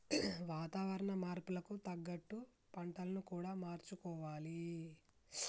వాతావరణ మార్పులకు తగ్గట్టు పంటలను కూడా మార్చుకోవాలి